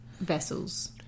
vessels